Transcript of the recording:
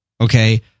okay